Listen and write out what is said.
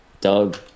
Doug